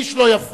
איש לא יפריע,